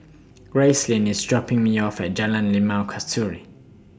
Gracelyn IS dropping Me off At Jalan Limau Kasturi